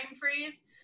freeze